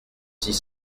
six